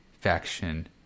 faction